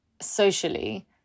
socially